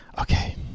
Okay